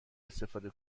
استفاده